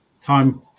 time